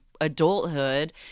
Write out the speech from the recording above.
adulthood